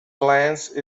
glance